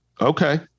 okay